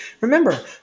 remember